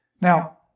Now